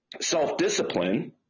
self-discipline